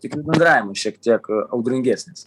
tik jų bendravimas šiek tiek audringesnis